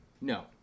No